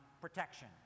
protection